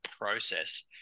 process